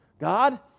God